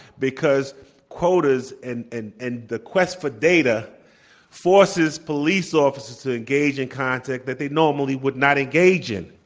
because quotas and and and the quest for data forces police officers to engage in conduct that they normally would not engage in.